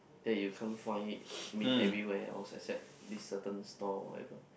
that you can't find it meet everywhere all except this certain store whatever